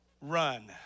run